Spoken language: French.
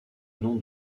nom